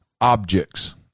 objects